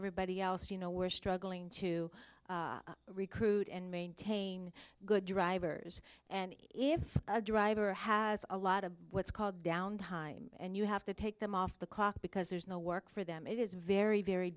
everybody else you know we're struggling to recruit and maintain good drivers and if a driver has a lot of what's called down time and you have to take them off the clock because there's no work for them it is very very